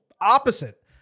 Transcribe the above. opposite